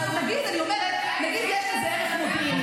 על משהו קחו אחריות.